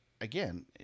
again